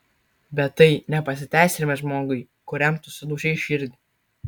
bet tai ne pasiteisinimas žmogui kuriam tu sudaužei širdį